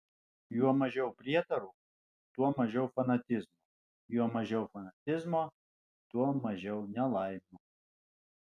juo mažiau prietarų tuo mažiau fanatizmo juo mažiau fanatizmo tuo mažiau nelaimių